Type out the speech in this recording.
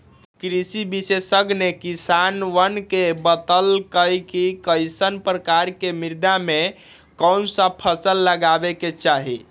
कृषि विशेषज्ञ ने किसानवन के बतल कई कि कईसन प्रकार के मृदा में कौन सा फसल लगावे के चाहि